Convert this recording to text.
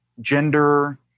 gender